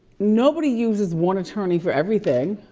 nobody uses one attorney for everything,